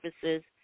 services